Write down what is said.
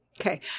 Okay